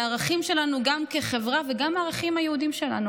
אלה הערכים שלנו גם כחברה וגם הערכים היהודיים שלנו.